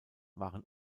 waren